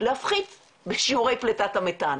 להפחית בשיעורי פליטת המיתן.